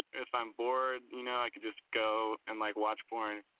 if i'm bored, you know, i could just go and like, watch porn